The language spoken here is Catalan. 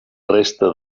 resta